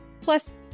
Plus